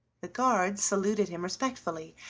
the guards saluted him respectfully,